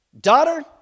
daughter